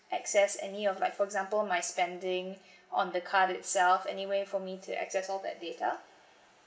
access any of like for example my spending on the card itself any way for me to access all that data